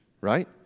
Right